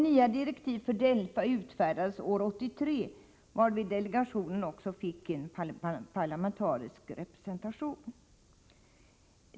Nya direktiv för DELFA utfärdades år 1983, varvid delegationen också fick en parlamentarisk representation.